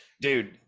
dude